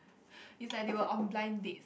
it's like they were on blind dates